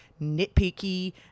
nitpicky